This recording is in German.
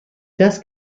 das